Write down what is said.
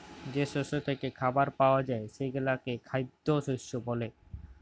যে শস্য থ্যাইকে খাবার পাউয়া যায় সেগলাকে খাইদ্য শস্য ব্যলে